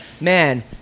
man